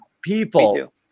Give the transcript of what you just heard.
people